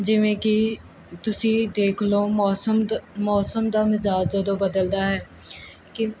ਜਿਵੇਂ ਕਿ ਤੁਸੀਂ ਦੇਖ ਲਓ ਮੌਸਮ ਦਾ ਮੌਸਮ ਦਾ ਮਿਜ਼ਾਜ ਜਦੋਂ ਬਦਲਦਾ ਹੈ ਕਿ